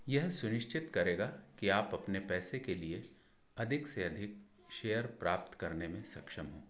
यह सुनिश्चित करेगा कि आप अपने पैसे के लिए अधिक से अधिक शेयर प्राप्त करने में सक्षम हों